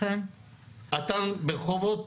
אט"ן ברחובות,